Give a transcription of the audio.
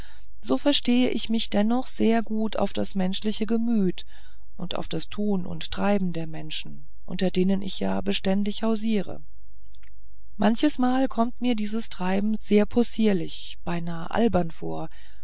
so verstehe ich mich dennoch sehr gut auf das menschliche gemüt und auf das tun und treiben der menschen unter denen ich ja beständig hausiere manches mal kommt mir dies treiben sehr possierlich beinahe albern vor